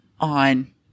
on